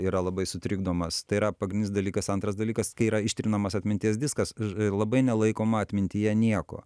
yra labai sutrikdomas tai yra pagrindinis dalykas antras dalykas kai yra ištrinamas atminties diskas ir labai nelaikoma atmintyje nieko